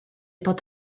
bod